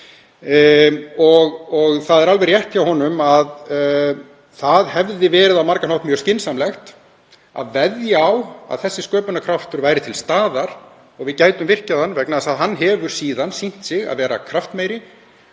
Það er alveg rétt hjá honum að það hefði á margan hátt verið mjög skynsamlegt að veðja á að þessi sköpunarkraftur væri til staðar og við gætum virkjað hann, vegna þess að hann hefur síðan sýnt sig að vera kraftmeiri